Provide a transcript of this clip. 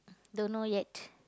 don't know yet